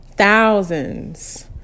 thousands